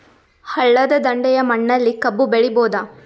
ಹಳ್ಳದ ದಂಡೆಯ ಮಣ್ಣಲ್ಲಿ ಕಬ್ಬು ಬೆಳಿಬೋದ?